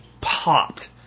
popped